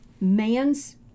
man's